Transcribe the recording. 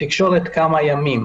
תקשורת כמה ימים.